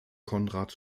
konrad